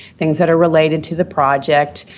things that are related to the project.